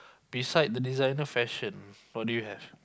beside the designer fashion what do you have